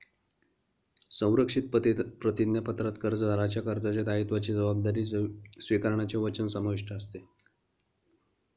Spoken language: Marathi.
संरक्षित प्रतिज्ञापत्रात कर्जदाराच्या कर्जाच्या दायित्वाची जबाबदारी स्वीकारण्याचे वचन समाविष्ट असते